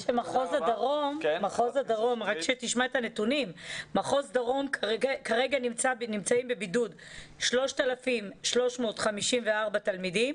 במחוז דרום נמצאים כרגע בבידוד 3,354 תלמידים,